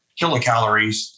kilocalories